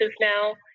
now